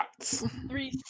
Three